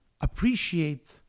appreciate